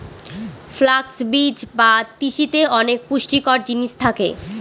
flux বীজ বা তিসিতে অনেক পুষ্টিকর জিনিস থাকে